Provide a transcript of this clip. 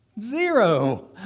Zero